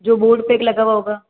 जो बोर्ड पे एक लगा हुआ होगा